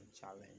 challenge